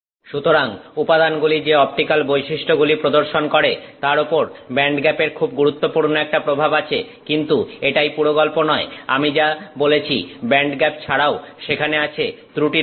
সুতরাং উপাদানগুলি যে অপটিক্যাল বৈশিষ্ট্যগুলি প্রদর্শন করে তার ওপর ব্যান্ডগ্যাপের খুব গুরুত্বপূর্ণ একটা প্রভাব আছে কিন্তু এটাই পুরো গল্প নয় আমি যা বলেছি ব্যান্ডগ্যাপ ছাড়াও সেখানে আছে ত্রুটির গঠন